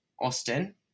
Austin